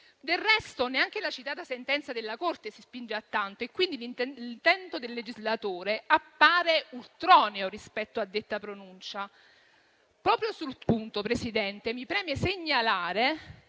Del resto, neanche la citata sentenza della Corte si spinge a tanto e quindi l'intento del legislatore appare ultroneo rispetto a detta pronuncia. Proprio sul punto, Presidente, mi preme segnalare